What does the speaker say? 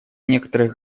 некоторых